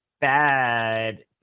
bad